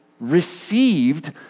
received